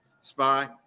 spy